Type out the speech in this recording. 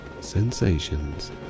sensations